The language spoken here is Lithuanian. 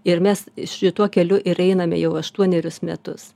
ir mes šituo keliu ir einame jau aštuonerius metus